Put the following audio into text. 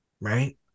right